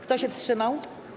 Kto się wstrzymał?